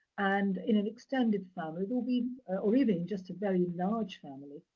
and in an extended family, there'll be or even just a very large family,